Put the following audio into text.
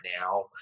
now